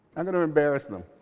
i'm going to embarrass them.